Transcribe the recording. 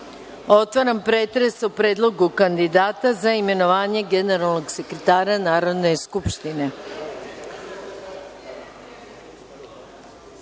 pretres o Predlogu kandidata za imenovanje generalnog sekretara Narodne skupštine. Ja